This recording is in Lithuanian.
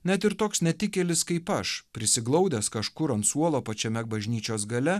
net ir toks netikėlis kaip aš prisiglaudęs kažkur ant suolo pačiame bažnyčios gale